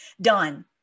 done